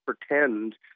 pretend